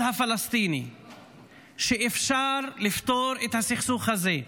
הפלסטיני שאפשר לפתור את הסכסוך הזה.